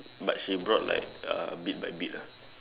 but she brought like uh a bit by bit lah